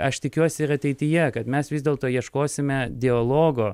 aš tikiuosi ir ateityje kad mes vis dėlto ieškosime dialogo